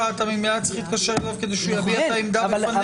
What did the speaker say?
אתה ממילא צריך להתקשר אליו כדי שהוא יביע את העמדה בפניך.